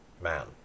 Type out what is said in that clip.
man